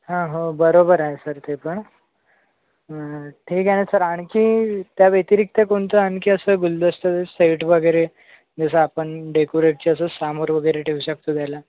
हा हो बरोबर आहे सर ते पण ठीक आहे ना सर आणखी त्याव्यतिरिक्त कोणतं आणखी असं गुलदस्त्याचं सेट वगैरे जसं आपण डेकोरेटच्याचं समोर वगैरे ठेऊ शकतो त्याला